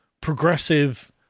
progressive